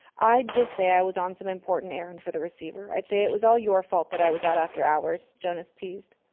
i'd just say i was on some important errand for the receiver. i'd say it was all your fault that i was out after hours, jonas teased.